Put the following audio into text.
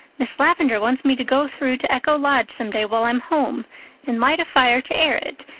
miss lavendar wants me to go through to echo lodge some day while i'm home and light a fire to air it,